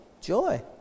joy